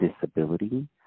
disability